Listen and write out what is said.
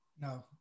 No